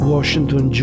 Washington